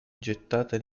gettate